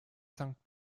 sankt